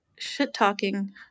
shit-talking